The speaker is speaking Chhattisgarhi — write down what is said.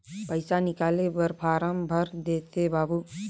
पइसा निकाले बर फारम भर देते बाबु?